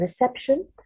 reception